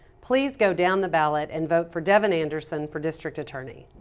please go down the ballot and vote for devon anderson for district attorney.